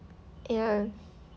ya